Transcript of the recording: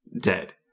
dead